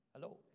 Hello